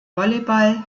volleyball